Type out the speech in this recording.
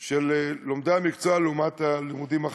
של לומדי המקצוע לעומת הלימודים האחרים.